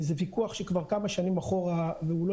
זה ויכוח של כבר כמה שנים אחורה והוא לא